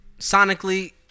sonically